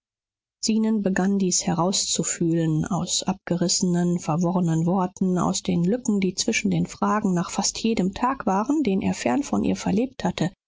zenon begann dies herauszufühlen aus abgerissenen verworrenen worten aus den lücken die zwischen den fragen nach fast jedem tag waren den er fern von ihr verlebt hatte